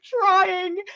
trying